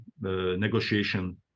negotiation